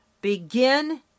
begin